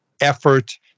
effort